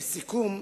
לסיכום,